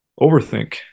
overthink